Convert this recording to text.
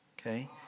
okay